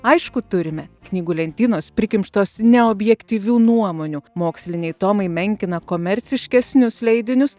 aišku turime knygų lentynos prikimštos neobjektyvių nuomonių moksliniai tomai menkina komerciškesnius leidinius